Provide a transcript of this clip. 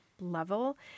level